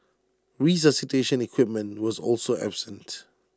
resuscitation equipment was also absent